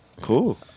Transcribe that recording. Cool